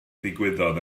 ddigwyddodd